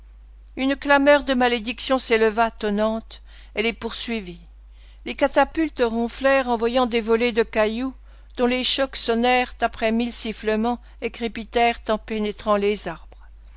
une clameur de malédiction s'éleva tonnante et les poursuivit les catapultes ronflèrent envoyant des volées de cailloux dont les chocs sonnèrent après mille sifflements et crépitèrent en pénétrant les arbres